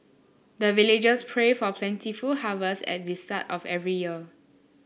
the villagers pray for plentiful harvest at the start of every year